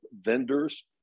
vendors